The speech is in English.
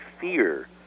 fear